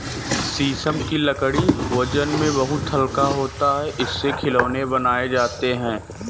शीशम की लकड़ी वजन में बहुत हल्का होता है इससे खिलौने बनाये जाते है